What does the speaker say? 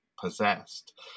Possessed